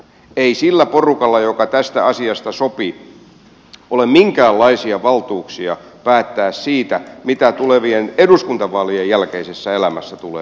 ei sillä porukalla joka tästä asiasta sopi ole minkäänlaisia valtuuksia päättää siitä mitä tulevien eduskuntavaalien jälkeisessä elämässä tulee tapahtumaan